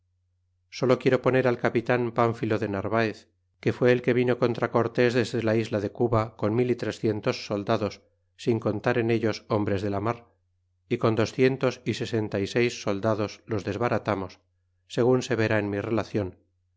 solo quiero poner al capitan pamphilo de narvaez que fue el que vino contra cortés desde la isla de cuba con mil y trecientos soldados sin contar en ellos hombres de la mar é con docientos y sesenta y seis soldados los desbaratamos segun se verá en mi relacion